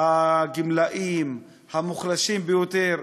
הגמלאים, המוחלשים ביותר.